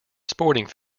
sporting